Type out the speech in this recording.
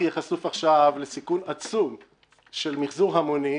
יהיה חשוף עכשיו לסיכון עצום של מחזור המוני,